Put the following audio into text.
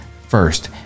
first